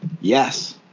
yes